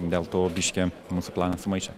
dėl to biškį mūsų planą sumaišė